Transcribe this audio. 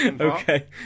okay